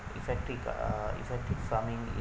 effective uh effective farming